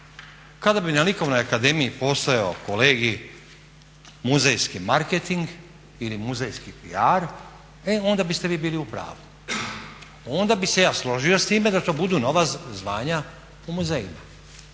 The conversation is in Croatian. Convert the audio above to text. Kada bi na Likovnoj akademiji postojao kolegiji muzejski marketing ili muzejski PR e onda biste vi bili u pravu. Onda bih se ja složio s time da to budu nova zvanja u muzejima.